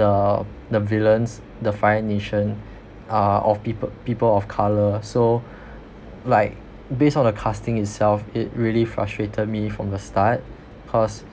the the villains' definition uh of people people of colour so like based on the casting itself it really frustrated me from the start cause